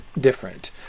different